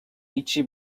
هیچی